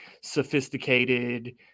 sophisticated